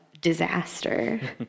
disaster